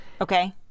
Okay